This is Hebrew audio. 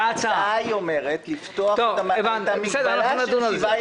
ההצעה אומרת שיש לפתוח את המגבלה של שבעה